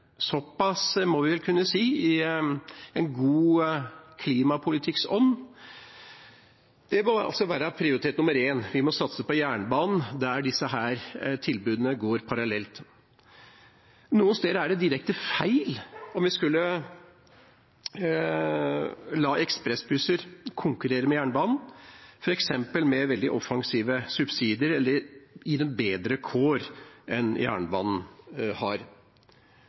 Såpass må vi vel kunne si, i god klimapolitikkånd. Det må altså være prioritet nr. én, vi må satse på jernbanen der disse tilbudene går parallelt. Noen steder er det direkte feil om vi skulle la ekspressbusser konkurrere med jernbanen, f.eks. med veldig offensive subsidier, eller gi dem bedre kår enn jernbanen har.